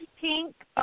pink